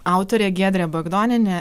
autorė giedrė bagdonienė